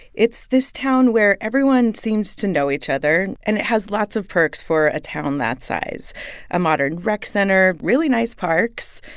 it's this town where everyone seems to know each other. and it has lots of perks for a town that size a modern rec center, really nice parks,